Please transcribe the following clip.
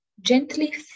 gently